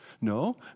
No